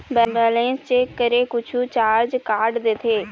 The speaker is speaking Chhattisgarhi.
बैलेंस चेक करें कुछू चार्ज काट देथे?